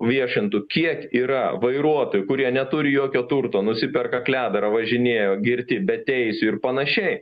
viešintų kiek yra vairuotojų kurie neturi jokio turto nusiperka kledarą važinėja girti beteisių ir panašiai